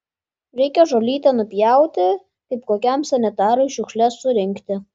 reikia žolytę nupjauti kaip kokiam sanitarui šiukšles surinkti